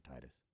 Titus